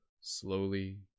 slowly